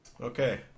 Okay